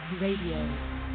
Radio